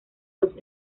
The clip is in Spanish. los